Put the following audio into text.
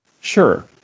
Sure